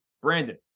brandon